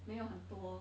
没有很多